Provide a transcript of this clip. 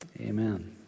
Amen